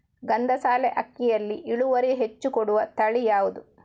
ಗಂಧಸಾಲೆ ಅಕ್ಕಿಯಲ್ಲಿ ಇಳುವರಿ ಹೆಚ್ಚು ಕೊಡುವ ತಳಿ ಯಾವುದು?